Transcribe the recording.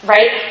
Right